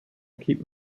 keep